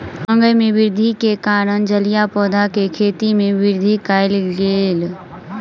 मांग में वृद्धि के कारण जलीय पौधा के खेती में वृद्धि कयल गेल